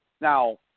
Now